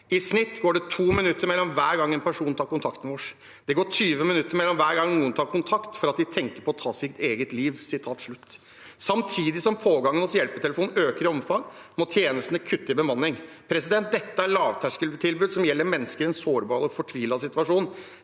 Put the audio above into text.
«I snitt går det to minutt mellom kvar gong ein person tar kontakt med oss. Det går 20 minutt mellom kvar gong nokon tar kontakt fordi dei tenker på å ta sitt eige liv.» Samtidig som pågangen hos hjelpetelefonen øker i omfang, må tjenestene kutte i bemanning. Dette er et lavterskeltilbud som gjelder mennesker i en sårbar og fortvilet situasjon,